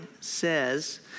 says